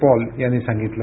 Paul यांनी सांगितलं